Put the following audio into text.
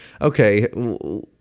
okay